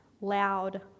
loud